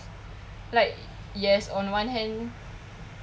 like yes on one hand